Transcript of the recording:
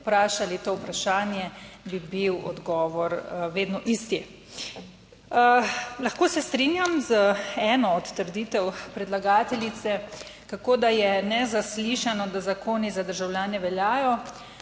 vprašali to vprašanje, bi bil odgovor vedno isti. Lahko se strinjam z eno od trditev predlagateljice, kako da je nezaslišano, da zakoni za državljane veljajo,